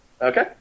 Okay